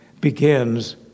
begins